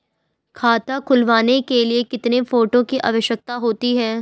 खाता खुलवाने के लिए कितने फोटो की आवश्यकता होती है?